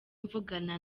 mvugana